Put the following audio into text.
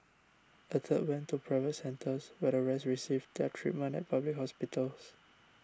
a third went to private centres while the rest received their treatment at public hospitals